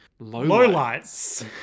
Lowlights